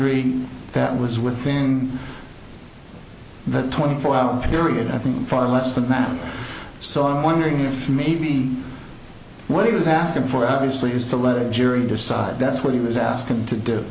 down that was within the twenty four hour period i think for less than a minute so i'm wondering if maybe what he was asking for obviously is to let a jury decide that's what he was asked to do